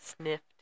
sniffed